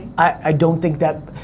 i don't think that,